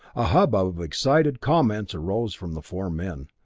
a hubbub of excited comments rose from the four men.